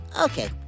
okay